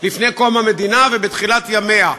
לפני קום המדינה ובתחילת ימיה.